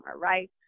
right